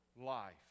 life